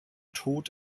tod